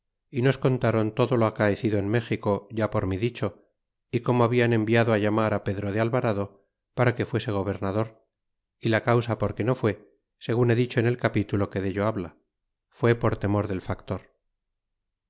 y nos contáron todo o acaecido en méxico ya por mí dicho y como habian enviado llamar á pedro de alvarado para que fuese gobernador y la causa porque no fué segun he dicho en el capitulo que dello habla fué por temor del factor